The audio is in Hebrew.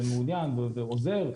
מעוניין ועוזר.